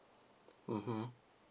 mmhmm